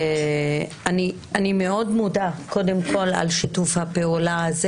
אני מאוד מודה קודם כל על שיתוף הפעולה הזה